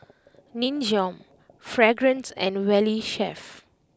Nin Jiom Fragrance and Valley Chef